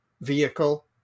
vehicle